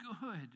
good